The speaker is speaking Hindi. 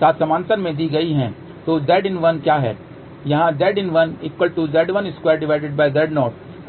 साथ समानांतर में दी गई है